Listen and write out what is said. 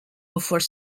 before